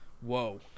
Whoa